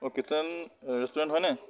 অ' kitchen restaurant হয়নে